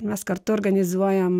mes kartu organizuojam